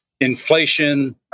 inflation